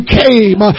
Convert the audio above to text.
came